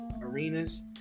arenas